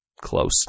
Close